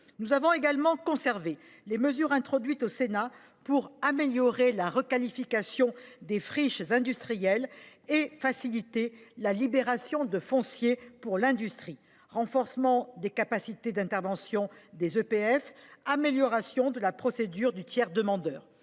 Nous avons également conservé les mesures introduites au Sénat visant à améliorer la requalification des friches industrielles et à faciliter la libération de foncier pour l’industrie : renforcement des capacités d’intervention des établissements publics fonciers (EPF), amélioration de la procédure du tiers demandeur…